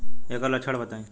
ऐकर लक्षण बताई?